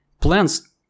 plans